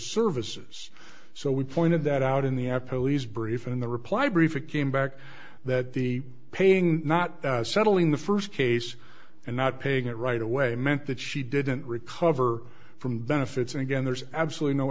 services so we pointed that out in the air police brief and the reply brief it came back that the paying not settling the first case and not paying it right away meant that she didn't recover from benefits again there's absolutely no